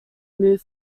move